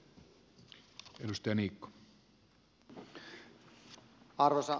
arvoisa puhemies